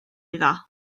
iddo